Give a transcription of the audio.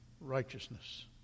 righteousness